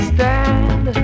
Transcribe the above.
Stand